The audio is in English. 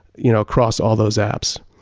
you know, across all those apps.